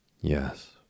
Yes